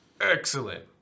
Excellent